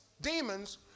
demons